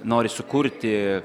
nori sukurti